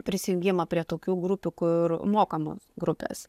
prisijungimą prie tokių grupių kur mokoma grupės